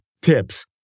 tips